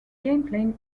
gameplay